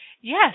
yes